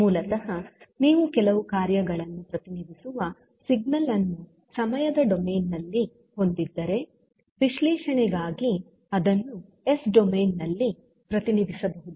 ಮೂಲತಃ ನೀವು ಕೆಲವು ಕಾರ್ಯಗಳನ್ನು ಪ್ರತಿನಿಧಿಸುವ ಸಿಗ್ನಲ್ ಅನ್ನು ಸಮಯದ ಡೊಮೇನ್ ನಲ್ಲಿ ಹೊಂದಿದ್ದರೆ ವಿಶ್ಲೇಷಣೆಗಾಗಿ ಅದನ್ನು ಎಸ್ ಡೊಮೇನ್ ನಲ್ಲಿ ಪ್ರತಿನಿಧಿಸಬಹುದು